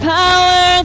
power